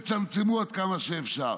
ותצמצמו עד כמה שאפשר.